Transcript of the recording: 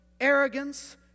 arrogance